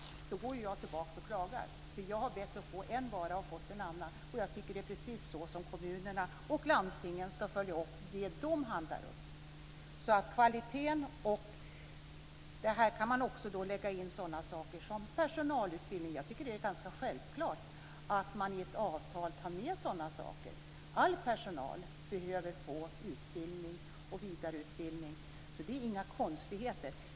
Då går jag tillbaka och klagar. Jag har bett att få en vara och har fått en annan. Jag tycker att det är precis så som kommunerna och landstingen ska följa upp det de handlar upp med avseende på t.ex. kvaliteten. Här kan man också lägga in sådana saker som personalutbildningen. Jag tycker att det är ganska självklart att man i ett avtal tar med sådana saker. All personal behöver få utbildning och vidareutbildning. Det är inga konstigheter.